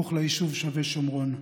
סמוך ליישוב שבי שומרון.